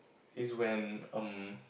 is when um